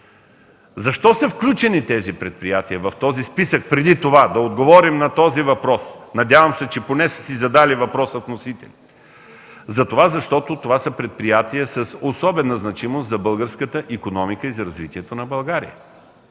Защо са включени тези предприятия в този списък преди това? Да отговорим на този въпрос. Надявам се, че вносителите поне са си задали въпроса. Затова, защото това са предприятия с особена значимост за българската икономика и за развитието на България.